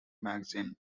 magazine